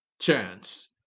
chance